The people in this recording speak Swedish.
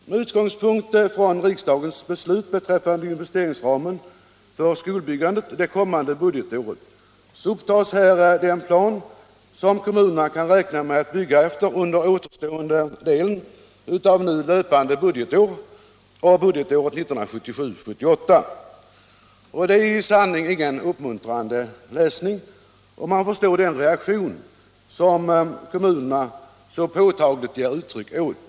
Med utgångspunkt i riksdagens beslut beträffande investeringsramen för skolbyggandet det kommande budgetåret upptas där den plan som kommunerna kan räkna med att bygga efter under återstående delen av nu löpande budgetår och budgetåret 1977/78. Det är i sanning ingen uppmuntrande läsning! Man förstår den reaktion som kommunerna så påtagligt ger uttryck åt.